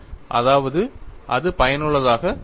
அதாவது அது பயனுள்ளதாக இல்லை